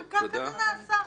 וכך זה נעשה.